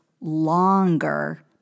longer